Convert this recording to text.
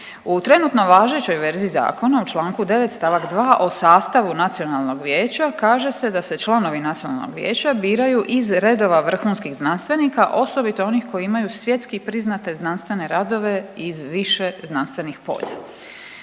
U trenutno važećoj verziji zakona u Članku 9. stavak 2. o sastavu nacionalnog vijeća kaže se da se članovi nacionalnog vijeća biraju iz redova vrhunskih znanstvenika osobito onih koji imaju svjetski priznate znanstvene radova iz više znanstvenih polja.